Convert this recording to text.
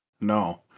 No